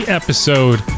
episode